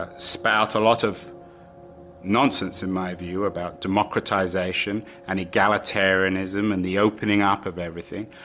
ah spout a lot of nonsense in my view about democratisation and egalitarianism and the opening up of everything,